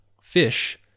fish